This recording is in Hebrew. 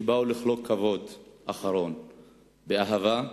שבאו לחלוק כבוד אחרון, באהבה,